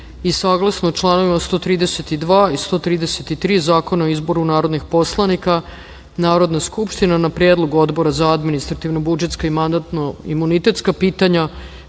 skupštine. Saglasno članovima 132. i 133. Zakona o izboru narodnih poslanika, Narodna skupština, na Predlog Odbora za administrativno-budžetska i mandatno-imunitetska pitanja